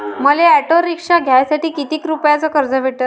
मले auto rickshaw घ्यासाठी कितीक रुपयाच कर्ज भेटनं?